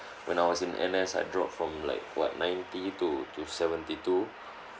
when I was in N_S I drop from like what ninety two to seventy two